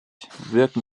wirken